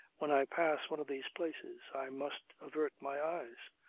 when i pass one of these places i must avert my eyes.